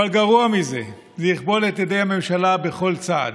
אבל גרוע מזה, זה יכבול את ידי הממשלה בכל צעד.